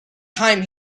time